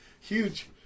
huge